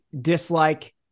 dislike